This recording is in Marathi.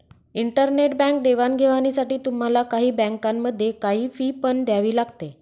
इंटरनेट बँक देवाणघेवाणीसाठी तुम्हाला काही बँकांमध्ये, काही फी पण द्यावी लागते